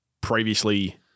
previously